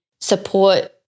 support